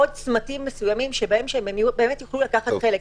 עוד צמתים מסוימים שבהם הם באמת יוכלו לקחת חלק,